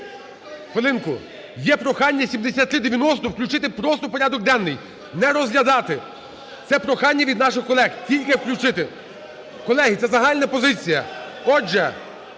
в залі) Є прохання 7390 включити просто в порядок денний, не розглядати. Це прохання від наших колег: тільки включити, колеги. Це загальна позиція.